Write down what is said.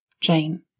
Jane